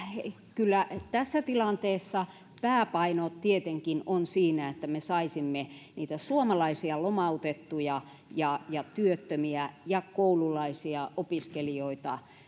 kyllä tässä tilanteessa pääpaino tietenkin on siinä että me saisimme niitä suomalaisia lomautettuja ja ja työttömiä ja koululaisia ja opiskelijoita